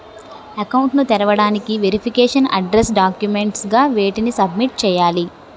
Account ను తెరవటానికి verification address documents గా వేటిని సబ్మిట్ చేయాలి?